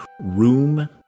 room